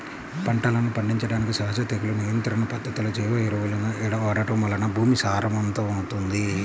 పంటలను పండించడానికి సహజ తెగులు నియంత్రణ పద్ధతులు, జీవ ఎరువులను వాడటం వలన భూమి సారవంతమవుతుంది